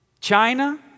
China